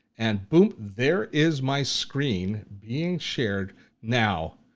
and boom, there is my screen being shared now.